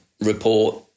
report